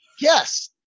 Yes